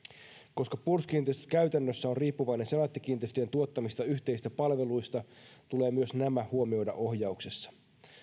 koska puolustuskiinteistöt käytännössä on riippuvainen senaatti kiinteistöjen tuottamista yhteisistä palveluista tulee myös nämä huomioida ohjauksessa